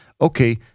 okay